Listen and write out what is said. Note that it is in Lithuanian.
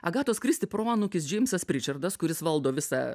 agatos kristi proanūkis džeimsas pričardas kuris valdo visą